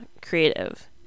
creative